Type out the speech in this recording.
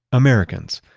americans.